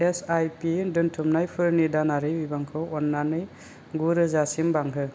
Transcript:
SIP दोनथुमनायफोरनि दानारि बिबांखौ अन्नानै गु रोजासिम बांहो